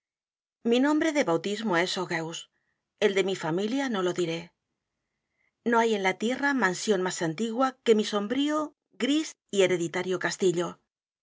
mi nombre de bautismo es egceus el de mi familia no lo diré no hay en la tierra mansión más antigua que i edgar poe novelas y cuektos mi sombrío gris y hereditario castillo